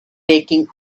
taking